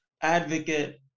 advocate